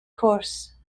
course